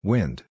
Wind